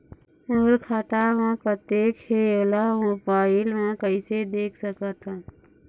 मोर खाता म कतेक हे ओला मोबाइल म कइसे देख सकत हन?